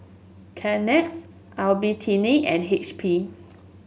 Kleenex Albertini and H P